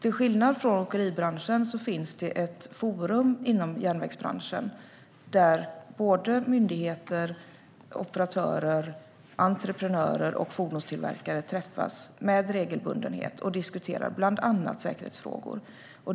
Till skillnad från i åkeribranschen finns det ett forum inom järnvägsbranschen där såväl myndigheter som operatörer, entreprenörer och fordonstillverkare träffas med regelbundenhet och diskuterar bland annat säkerhetsfrågor.